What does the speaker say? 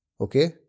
Okay